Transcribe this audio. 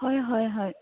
হয় হয় হয়